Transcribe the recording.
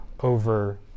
over